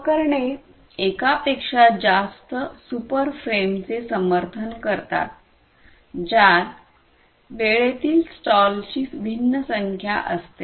उपकरणे एकापेक्षा जास्त सुपर फ्रेमचे समर्थन करतात ज्यात वेळे तील स्लॉटची भिन्न संख्या असते